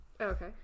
okay